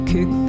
Kick